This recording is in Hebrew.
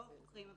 לא עושים כלום,